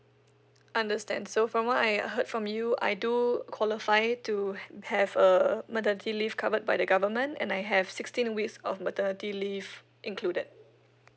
understand so from what I heard from you I do qualify to have a maternity leave covered by the government and I have sixteen weeks of maternity leave included